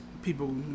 people